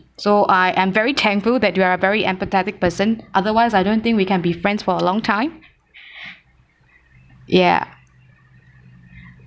so I am very thankful that you are a very empathetic person otherwise I don't think we can be friends for a long time ya